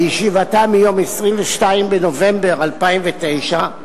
בישיבתה מיום 22 בנובמבר 2009,